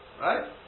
Right